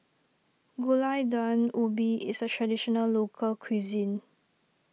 Gulai Daun Ubi is a Traditional Local Cuisine